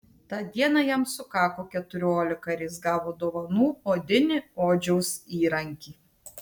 tą dieną jam sukako keturiolika ir jis gavo dovanų odinį odžiaus įrankį